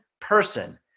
person